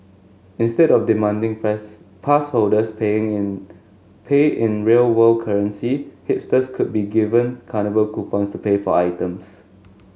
instead of demanding pass holders paying in pay in real world currency hipsters could be given carnival coupons to pay for items